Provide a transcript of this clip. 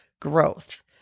growth